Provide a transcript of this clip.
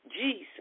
Jesus